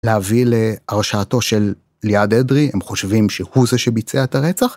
להביא להרשעתו של ליעד אדרי, הם חושבים שהוא זה שביצע את הרצח?